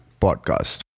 podcast